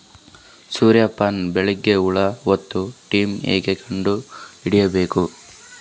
ಸೂರ್ಯ ಪಾನ ಬೆಳಿಗ ಹುಳ ಹತ್ತೊ ಟೈಮ ಹೇಂಗ ಕಂಡ ಹಿಡಿಯಬೇಕು?